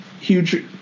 Huge